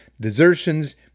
desertions